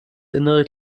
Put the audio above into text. innere